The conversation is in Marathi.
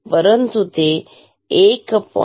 परंतु ते 1